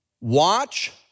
watch